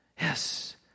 Yes